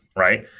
right?